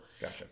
gotcha